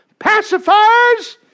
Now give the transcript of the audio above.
pacifiers